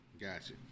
Gotcha